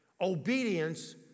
Obedience